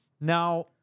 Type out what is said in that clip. Now